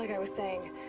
like i was saying.